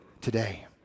today